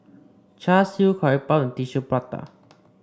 Char Siu Curry Puff and Tissue Prata